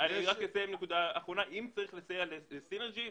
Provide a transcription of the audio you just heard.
אם צריך לסייע לסינרג'י,